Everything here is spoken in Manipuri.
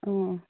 ꯑꯣ ꯑꯣ